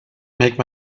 make